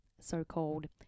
so-called